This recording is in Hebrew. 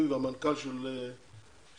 זה עד כדי כך מבוכה.